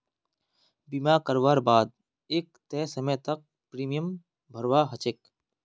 बीमा करवार बा द एक तय समय तक प्रीमियम भरवा ह छेक